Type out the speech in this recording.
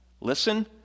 listen